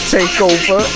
Takeover